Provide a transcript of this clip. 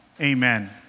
Amen